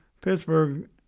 Pittsburgh